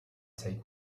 take